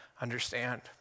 understand